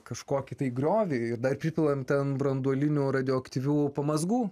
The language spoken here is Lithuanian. kažkokį tai griovį ir dar pripilam ten branduolinių radioaktyvių pamazgų